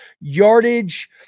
yardage